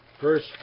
First